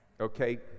okay